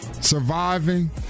Surviving